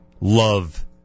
love